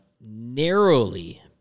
narrowly